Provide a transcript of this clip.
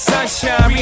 Sunshine